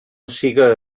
siga